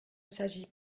s’agit